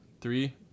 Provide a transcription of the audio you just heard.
Three